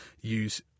use